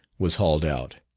was hauled out,